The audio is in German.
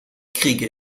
kriege